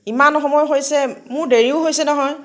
ইমান সময় হৈছে মোৰ দেৰিও হৈছে নহয়